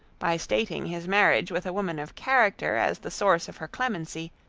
by stating his marriage with a woman of character, as the source of her clemency,